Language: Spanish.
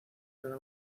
cada